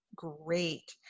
Great